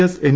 S N